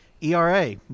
ERA